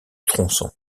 tronçons